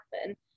happen